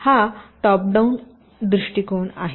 तर हा top down दृष्टीकोन आहे